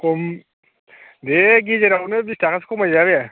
खम दे गेजेरावनो बिस थाखासो खमायजायाबे